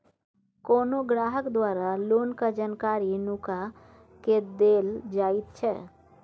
कोनो ग्राहक द्वारा लोनक जानकारी नुका केँ देल जाएत छै